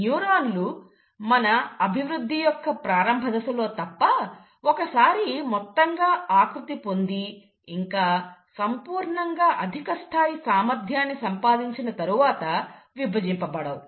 న్యూరాన్లు మన అభివృద్ధి యొక్క ప్రారంభ దశలో తప్ప ఒకసారి మొత్తంగా ఆకృతి పొంది ఇంకా సంపూర్ణంగా అధికస్థాయి సామర్థ్యాన్ని సంపాదించిన తరువాత విభజింపబడవు